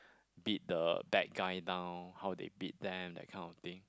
beat the bad guy down how they beat them that kind of thing